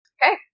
Okay